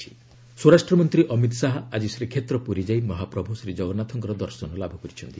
ଶାହା ଜଗନ୍ରାଥ ସ୍ୱରାଷ୍ଟ୍ରମନ୍ତ୍ରୀ ଅମିତ ଶାହା ଆଜି ଶ୍ରୀକ୍ଷେତ୍ର ପୁରୀ ଯାଇ ମହାପ୍ରଭୁ ଶ୍ରୀଜଗନ୍ନାଥଙ୍କର ଦର୍ଶନ ଲାଭ କରିଛନ୍ତି